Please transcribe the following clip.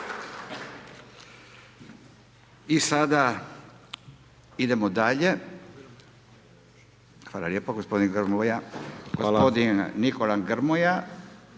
I sada idemo dalje, hvala lijepo gospodin Grmoja.